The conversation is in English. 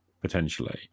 potentially